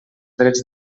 drets